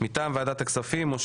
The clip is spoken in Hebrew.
מטעם ועדת הכספים,